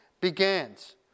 begins